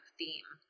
theme